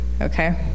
Okay